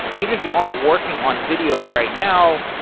even if you aren't working on video right now,